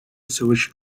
sewage